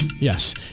Yes